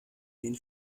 den